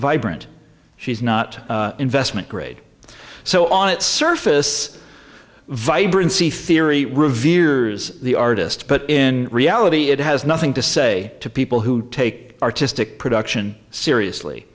vibrant she's not investment grade so on its surface vibrancy theory reveres the artist but in reality it has nothing to say to people who take artistic production seriously